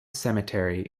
cemetery